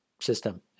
System